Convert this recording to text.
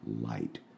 light